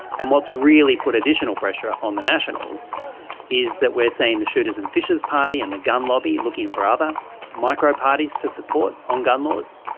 and what's really put additional pressure on the nationals is that we're seeing the shooters and fishers party and the gun lobby looking for other micro-parties to support on gun laws,